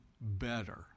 better